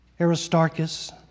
Aristarchus